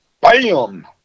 BAM